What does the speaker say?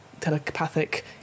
telepathic